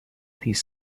these